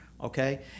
Okay